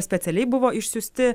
specialiai buvo išsiųsti